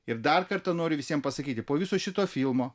ir dar kartą noriu visiem pasakyti po viso šito filmo